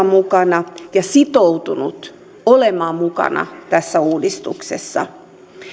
mukana ja sitoutunut olemaan mukana tässä uudistuksessa